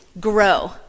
grow